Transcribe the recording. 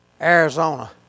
Arizona